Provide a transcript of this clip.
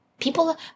people